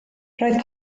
roedd